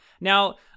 now